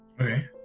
okay